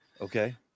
Okay